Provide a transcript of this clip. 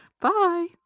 Bye